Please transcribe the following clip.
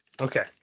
Okay